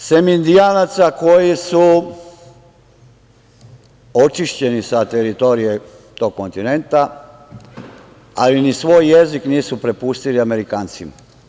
Engleskim, sem Indijanaca koji su očišćeni sa teritorije tog kontinenta, ali ni svoj jezik nisu prepustili Amerikancima.